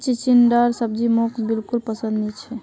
चिचिण्डार सब्जी मोक बिल्कुल पसंद नी छ